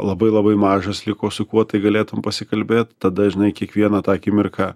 labai labai mažas liko su kuo tai galėtumei pasikalbėti tada žinai kiekvieną tą akimirką